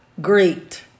great